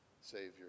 savior